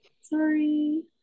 Sorry